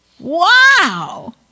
wow